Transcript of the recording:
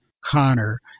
Connor